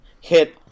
hit